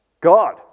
God